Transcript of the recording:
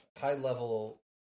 high-level